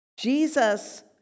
Jesus